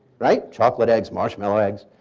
right. chocolate eggs, marshmallow eggs,